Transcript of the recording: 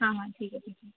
हाँ हाँ ठीक है ठीक है